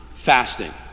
fasting